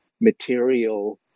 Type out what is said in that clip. material